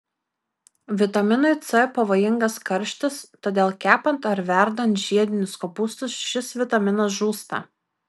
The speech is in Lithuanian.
vitaminui c pavojingas karštis todėl kepant ar verdant žiedinius kopūstus šis vitaminas žūsta